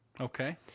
okay